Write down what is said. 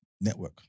network